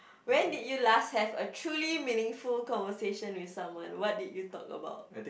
when did you last have a truly meaningful conversation with someone what did you talk about